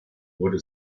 wurde